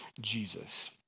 Jesus